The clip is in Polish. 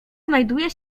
znajduje